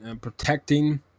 protecting